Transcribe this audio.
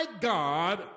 God